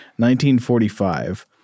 1945